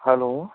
hello